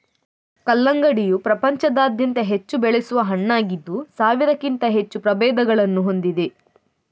ಕಲ್ಲಂಗಡಿಯು ಪ್ರಪಂಚಾದ್ಯಂತ ಹೆಚ್ಚು ಬೆಳೆಸುವ ಹಣ್ಣಾಗಿದ್ದು ಸಾವಿರಕ್ಕಿಂತ ಹೆಚ್ಚು ಪ್ರಭೇದಗಳನ್ನು ಹೊಂದಿದೆ